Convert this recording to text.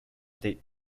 state